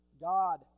God